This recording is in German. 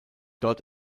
dort